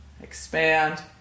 expand